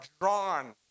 drawn